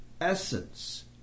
essence